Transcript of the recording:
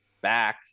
back